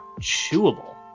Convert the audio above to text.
chewable